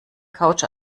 couch